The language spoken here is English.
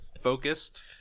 focused